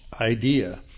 idea